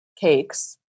cakes